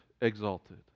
exalted